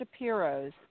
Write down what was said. Shapiros